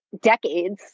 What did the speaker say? decades